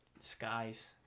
skies